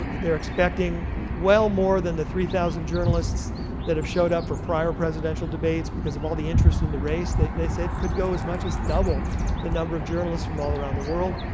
ah they're expecting well more than the three thousand journalists that have showed up for presidential debates because of all the interests in the race. they they say it could go as much as double the number of journalists from all around the world.